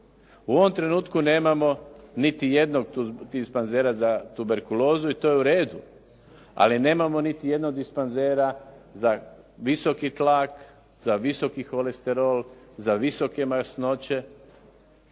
U ovom trenutku nemamo niti jednog dispanzera za tuberkulozu i to je u redu, ali nemamo niti jednog dispanzera za visoki tlak, za visoki kolesterol, za visoke masnoće.